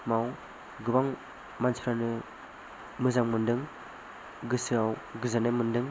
आव गोबां मानसिफोरानो मोजां मोनदों गोसोआव गोजोननाय मोनदों